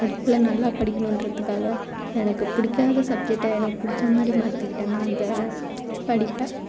படிப்பில் நல்லா படிக்கணும்ன்றத்துக்காக எனக்கு பிடிக்காத சப்ஜெக்ட்டை எனக்கு பிடிச்ச மாதிரி மாற்றிக்கிட்டேன் நான் அந்த படிப்பை